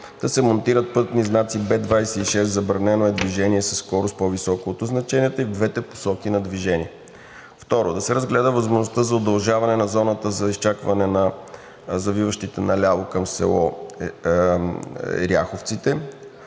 да се монтират пътни знаци Б26 – забранено е движение със скорост, по-висока от означенията, и в двете посоки на движение. Второ, да се разгледа възможността за удължаване на зоната за изчакване на завиващите наляво към село Ряховците.